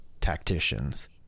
tacticians